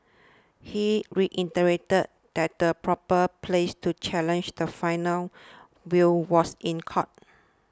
he reiterated that the proper place to challenge the final will was in court